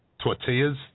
tortillas